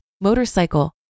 motorcycle